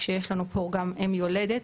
כשיש לנו פה גם אם יולדת,